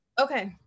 okay